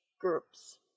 groups